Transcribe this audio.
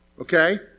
Okay